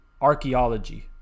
archaeology